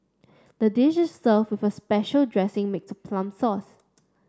the dish is served with a special dressing made of plum sauce